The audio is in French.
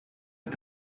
est